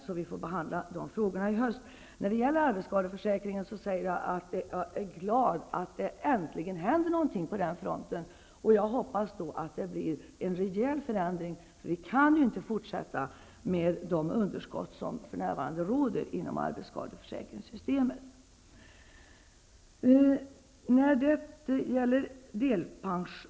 De här frågorna får vi således behandla till hösten. I fråga om arbetsskadeförsäkringen vill jag säga att jag är glad att det äntligen händer något på den fronten. Jag hoppas att det blir en rejäl förändring. Vi kan ju inte fortsätta att ha sådana underskott inom arbetsskadeförsäkringssystemet som vi för närvarande har.